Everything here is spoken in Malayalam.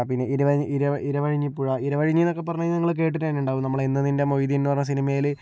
പിന്നെ ഇരുവഴഞ്ഞി ഇരുവഴഞ്ഞിപ്പുഴ ഇരവഴഞ്ഞിയെന്നൊക്കെ പറഞ്ഞുകഴിഞ്ഞാൽ നിങ്ങൾ കേട്ടിട്ടുതന്നെ ഉണ്ടാവും നമ്മൾ എന്ന് നിൻ്റെ മൊയ്തീൻ എന്നു പറഞ്ഞ സിനിമയിൽ